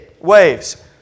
waves